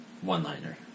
one-liner